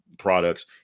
products